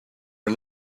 are